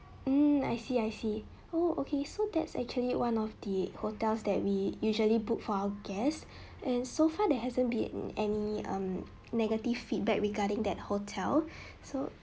mm I see I see oh okay so that's actually one of the hotels that we usually book for our guests and so far there hasn't been any um negative feedback regarding that hotel so